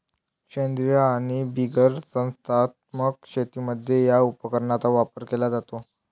सेंद्रीय आणि बिगर संस्थात्मक शेतीमध्ये या उपकरणाचा वापर केला जातो